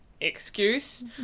Excuse